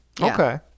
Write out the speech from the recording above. Okay